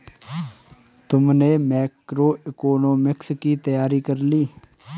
तुमने मैक्रोइकॉनॉमिक्स की तैयारी कर ली?